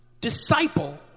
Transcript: disciple